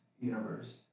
universe